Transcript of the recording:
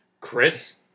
Chris